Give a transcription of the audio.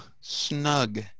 snug